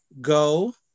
go